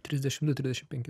trisdešim du trisdešim penki